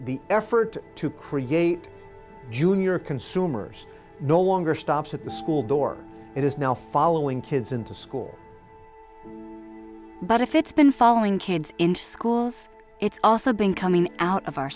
the effort to create junior consumers no longer stops at the school door it is now following kids into school but if it's been following kids into school it's also been coming out of our